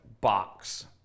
box